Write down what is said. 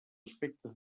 aspectes